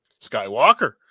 Skywalker